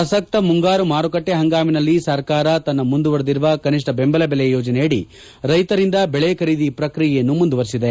ಪ್ರಸಕ್ತ ಮುಂಗಾರು ಮಾರುಕಟ್ಟೆ ಹಂಗಾಮಿನಲ್ಲಿ ಸರ್ಕಾರ ತನ್ನ ಮುಂದುವರಿದಿರುವ ಕನಿಷ್ಣ ಬೆಂಬಲ ಬೆಲೆ ಯೋಜನೆ ಅದಿ ರೈತರಿಂದ ಬೆಳೆ ಖರೀದಿ ಪ್ರಕ್ರಿಯೆಯನ್ನು ಮುಂದುವರಿಸಿದೆ